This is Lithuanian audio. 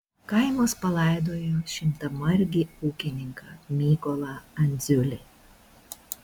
kaimas palaidojo šimtamargį ūkininką mykolą andziulį